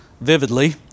vividly